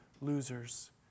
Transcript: losers